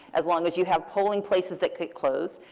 as long as you have polling places that could close,